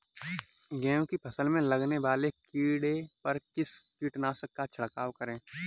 गेहूँ की फसल में लगने वाले कीड़े पर किस कीटनाशक का छिड़काव करें?